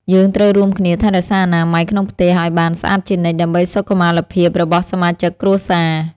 យើងត្រូវរួមគ្នាថែរក្សាអនាម័យក្នុងផ្ទះឱ្យបានស្អាតជានិច្ច ដើម្បីសុខុមាលភាពរបស់សមាជិកគ្រួសារ។